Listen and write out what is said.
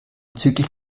bezüglich